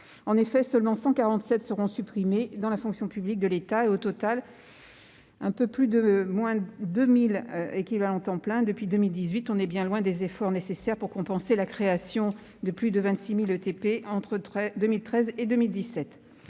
En effet, seulement 147 postes seront supprimés dans la fonction publique de l'État. Au total, un peu plus de 2 000 équivalents temps plein ont été supprimés depuis 2018, bien loin des efforts nécessaires pour compenser la création de plus de 26 000 ETP entre 2013 et 2017.